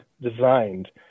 designed